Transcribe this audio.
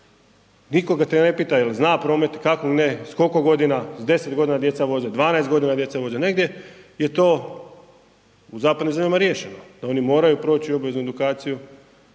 nikoga te ne pita je li zna promet, kako s koliko godina, s 10 godina djeca voze, s 12 godina djeca voze, negdje je to u zapadnim zemljama riješeno. Da oni moraju proći obveznu edukaciju